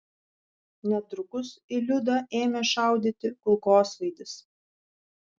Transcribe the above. netrukus į liudą ėmė šaudyti kulkosvaidis